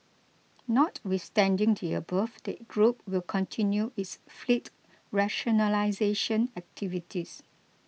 notwithstanding the above the group will continue its fleet rationalisation activities